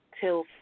till